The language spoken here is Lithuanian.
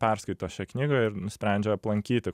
perskaito šią knygą ir nusprendžia aplankyti